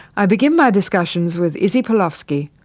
i begin my discussions with issy pilowsky,